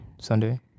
Sunday